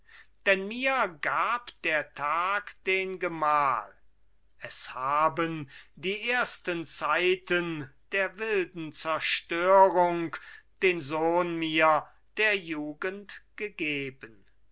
denn mir gab der tag den gemahl es haben die ersten zeiten der wilden zerstörung den sohn mir der jugend gegeben